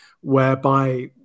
whereby